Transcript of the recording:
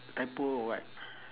typo or what